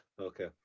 okay